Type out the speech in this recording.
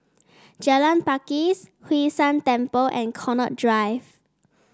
Jalan Pakis Hwee San Temple and Connaught Drive